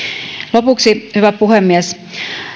lopuksi hyvä puhemies